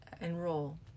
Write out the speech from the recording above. enroll